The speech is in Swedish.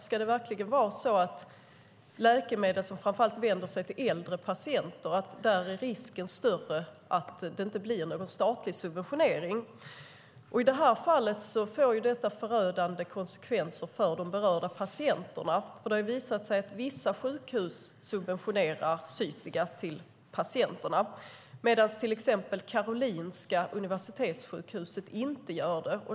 Ska det verkligen vara så att risken ska vara större för att det inte blir någon statlig subventionering av läkemedel som är avsedda framför allt för äldre patienter? I det fallet får detta förödande konsekvenser för de berörda patienterna. Det har visat sig att vissa sjukhus subventionerar Zytiga till patienterna, medan till exempel Karolinska Universitetssjukhuset inte gör det.